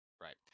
Right